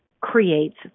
creates